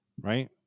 right